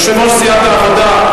יושב-ראש סיעת העבודה,